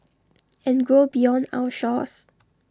and grow beyond our shores